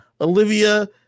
Olivia